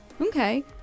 okay